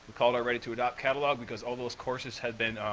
call it our ready-to-adopt catalog because all those courses have been,